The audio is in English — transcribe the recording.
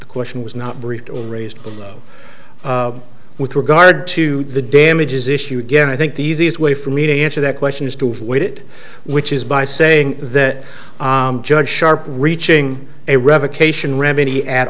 the question was not briefed on raised below with regard to the damages issue again i think the easiest way for me to answer that question is to avoid it which is by saying that judge sharp reaching a revocation remedy at